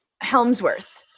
helmsworth